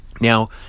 Now